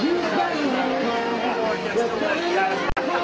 you know